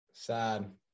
Sad